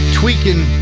tweaking